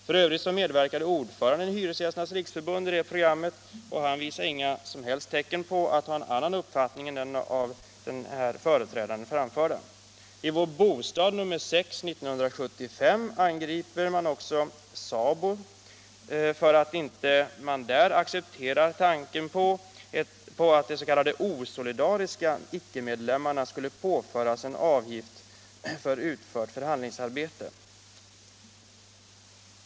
F. ö. medverkade ordföranden i Hyresgästernas riksförbund i programmet, och han visade inga som helst tecken på att ha en annan uppfattning än den som framförts av den företrädare jag nämnde. I Vår Bostad nr 6 1975 angriper man också SABO för att denna organisation inte accepterar tanken att de s.k. osolidariska icke-medlemmarna skulle påföras en avgift för utfört förhandlingsarbete.